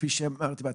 כפי שאמרתי בהתחלה,